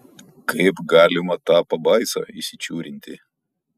kaip galima tą pabaisą įsičiūrinti